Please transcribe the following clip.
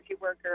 worker